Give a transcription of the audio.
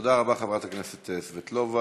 תודה רבה, חברת הכנסת סבטלובה.